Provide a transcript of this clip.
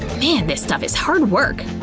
man, this stuff is hard work!